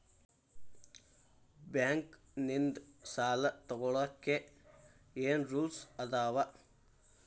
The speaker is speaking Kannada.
ಬ್ಯಾಂಕ್ ನಿಂದ್ ಸಾಲ ತೊಗೋಳಕ್ಕೆ ಏನ್ ರೂಲ್ಸ್ ಅದಾವ?